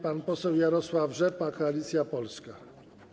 Pan poseł Jarosław Rzepa, Koalicja Polska.